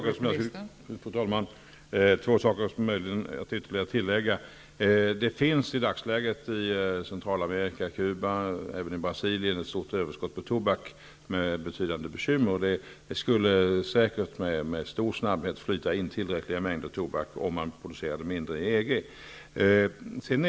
Fru talman! Jag kan tillägga ytterligare två saker. Det finns i dagsläget i Centralamerika, på Cuba och i Brasilien, ett stort överskott på tobak, med betydande bekymmer, och det skulle säkert med stor snabbhet flyta in tillräckliga mängder tobak om man producerade mindre inom EG.